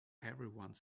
everyone